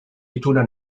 ituna